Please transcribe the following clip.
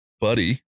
buddy